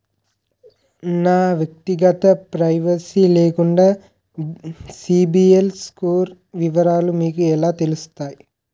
నా వ్యక్తిగత ప్రైవసీ లేకుండా సిబిల్ స్కోర్ వివరాలు మీకు ఎలా తెలుస్తాయి?